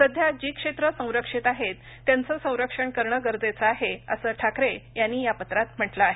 सध्या जी क्षेत्रे संरक्षित आहेत त्यांचं संरक्षण करणे गरजेचं आहे असे ठाकरे यांनी या पत्रात म्हटलं आहे